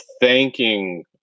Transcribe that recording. thanking